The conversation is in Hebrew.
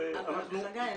חגי,